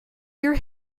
your